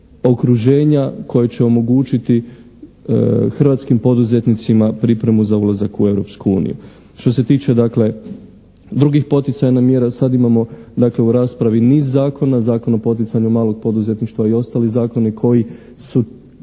koje će omogućiti hrvatskim poduzetnicima pripremu za ulazak u Europsku uniju. Što se tiče, dakle, drugih poticajnih mjera, sada imamo dakle u raspravi niz zakona, Zakon o poticanju malog poduzetništva i ostali zakoni koji su